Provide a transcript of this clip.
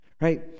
right